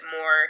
more